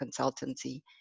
consultancy